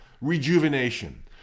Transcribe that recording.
Rejuvenation